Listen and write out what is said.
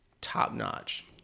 top-notch